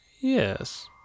Yes